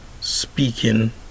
speaking